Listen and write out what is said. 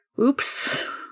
oops